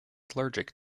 allergic